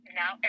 now